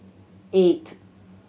eight